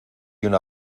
una